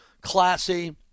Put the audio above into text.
classy